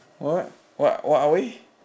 what what what are we